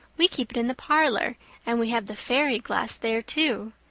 we keep it in the parlor and we have the fairy glass there, too.